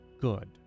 good